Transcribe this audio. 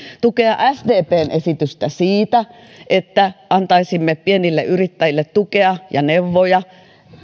tukea sdpn esitystä siitä että antaisimme pienille yrittäjille tukea ja neuvoja